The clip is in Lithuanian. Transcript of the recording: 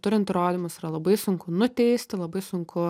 turint įrodymus yra labai sunku nuteisti labai sunku